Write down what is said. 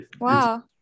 Wow